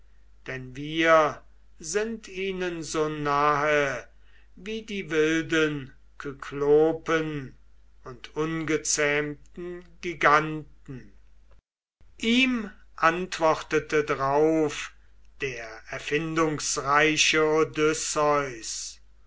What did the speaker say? denn wir sind ihnen so nahe wie die wilden kyklopen und ungezähmten giganten ihm antwortete drauf der erfindungsreiche